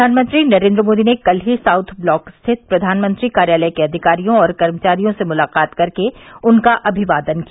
प्रघानमंत्री नरेंद्र मोदी ने कल ही साउथ ब्लॉक स्थित प्रधानमंत्री कार्यालय के अधिकारियों और कर्मचारियों से मुलाकात कर के उनका अभिवादन किया